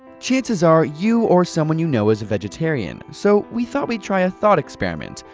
chances are you or someone you know is vegetarian so we thought we'd try a thought experiment.